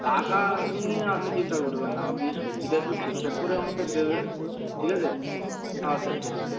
টাকা নিয়ে আপনি চিন্তা করবেন না আপনি সবজিটা একটু ঠিকঠাক করে আমাকে দেবেন ঠিক আছে আচ্ছা ঠিক আছে